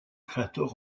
créateur